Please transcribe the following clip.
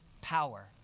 power